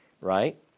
right